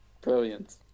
Brilliant